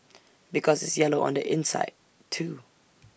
because it's yellow on the inside too